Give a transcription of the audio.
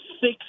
six